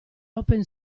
open